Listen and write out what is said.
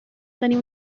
tenir